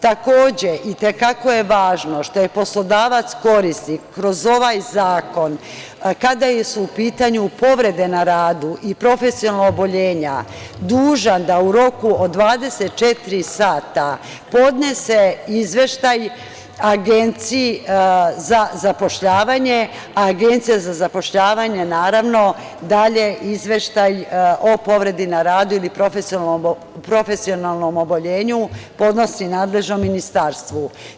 Takođe, i te kako je važno što je poslodavac korisnik kroz ovaj zakon, kada su u pitanju povrede na radu i profesionalna oboljenja, dužan da u roku od 24 sata podnese izveštaj Agenciji za zapošljavanje, a Agencija za zapošljavanje naravno dalje izveštaj o povredi na radu ili profesionalnom oboljenju podnosi nadležnom ministarstvu.